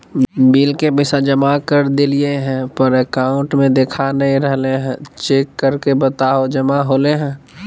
Bill के पैसा जमा कर देलियाय है पर अकाउंट में देखा नय रहले है, चेक करके बताहो जमा होले है?